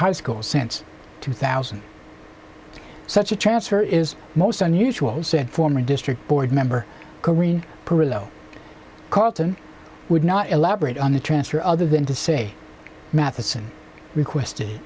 high school since two thousand such a transfer is most unusual said former district board member corinne perillo carleton would not elaborate on the transfer other than to say matheson requested